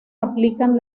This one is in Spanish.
aplican